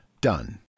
done